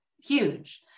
huge